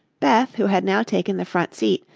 beth, who had now taken the front seat,